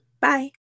bye